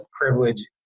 privilege